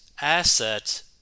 asset